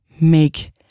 make